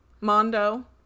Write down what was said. Mondo